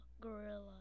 Gorilla